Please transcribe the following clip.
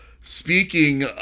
speaking